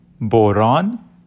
boron